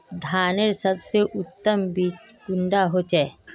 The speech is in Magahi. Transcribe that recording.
धानेर सबसे उत्तम बीज कुंडा होचए?